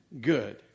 good